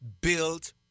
build